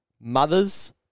mothers